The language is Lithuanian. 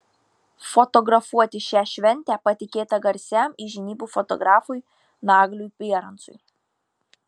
fotografuoti šią šventę patikėta garsiam įžymybių fotografui nagliui bierancui